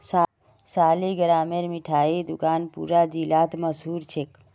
सालिगरामेर मिठाई दुकान पूरा जिलात मशहूर छेक